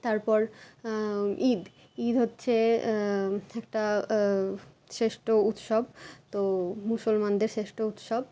তারপর ঈদ ঈদ হচ্ছে একটা শ্রেষ্ঠ উৎসব তো মুসলমানদের শ্রেষ্ঠ উৎসব